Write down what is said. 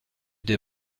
des